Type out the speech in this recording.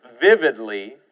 vividly